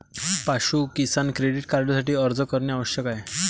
पाशु किसान क्रेडिट कार्डसाठी अर्ज करणे आवश्यक आहे